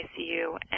ICU